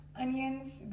onions